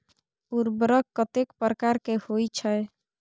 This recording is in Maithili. उर्वरक कतेक प्रकार के होई छै?